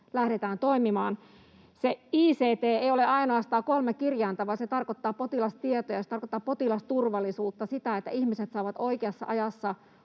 lähdetään toimimaan. Ict ei ole ainoastaan kolme kirjainta, vaan se tarkoittaa potilastietoja ja se tarkoittaa potilasturvallisuutta — sitä, että ihmiset saavat oikeassa ajassa